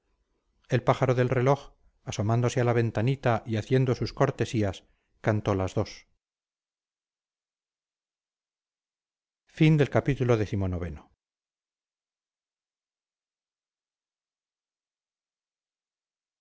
el pájaro del reloj asomándose a la ventanita y haciendo sus cortesías cantó las dos